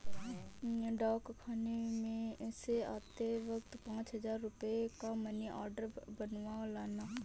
डाकखाने से आते वक्त पाँच हजार रुपयों का मनी आर्डर बनवा लाना